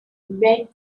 bread